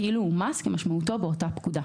כאילו הוא מס כמשמעותו באותה פקודה.